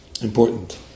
important